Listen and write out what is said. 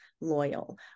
loyal